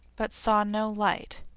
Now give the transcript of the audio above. but saw no light.